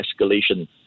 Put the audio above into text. escalation